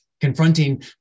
Confronting